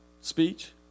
speech